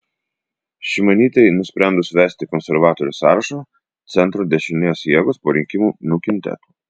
šimonytei nusprendus vesti konservatorių sąrašą centro dešinės jėgos po rinkimų nukentėtų